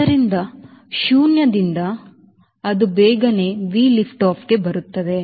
ಆದ್ದರಿಂದ ಶೂನ್ಯದಿಂದ ಅದು ಬೇಗನೆ Vಲಿಫ್ಟಾಫ್ಗೆ ಬರುತ್ತದೆ